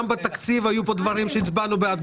גם בתקציב היו פה דברים שהצבענו בעד,